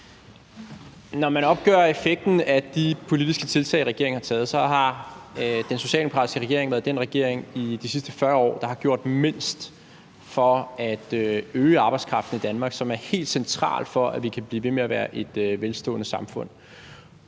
Når man opgør effekten af de politiske tiltag, regeringen har lavet, har den socialdemokratiske regering været den regering i de sidste 40 år, der har gjort mindst for at øge udbuddet af arbejdskraft i Danmark, hvilket er helt centralt for, at vi kan blive ved med at være et velstående samfund.